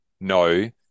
no